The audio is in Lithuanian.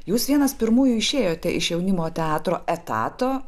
jūs vienas pirmųjų išėjote iš jaunimo teatro etato